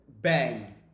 Bang